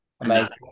Amazing